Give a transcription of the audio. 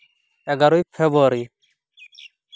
ᱮᱜᱟᱨᱳᱭ February